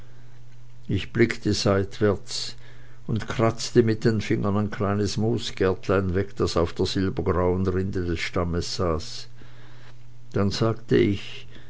ich blickte seitwärts und kratzte mit den fingern ein kleines moosgärtlein weg das auf der silbergrauen rinde des stammes saß dann sagte ich